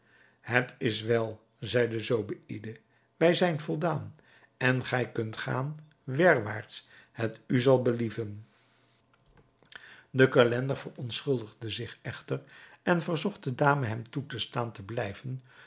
het is wel zeide zobeïde wij zijn voldaan en gij kunt gaan werwaarts het u zal believen de calender verontschuldigde zich echter en verzocht de dame hem toe te staan te blijven